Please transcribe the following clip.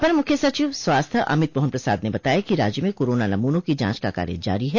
अपर मुख्य सचिव स्वास्थ्य अमित मोहन प्रसाद ने बताया कि राज्य में कोरोना नमूनों की जांच का कार्य जारी है